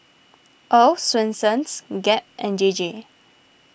Earl's Swensens Gap and J J